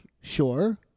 Sure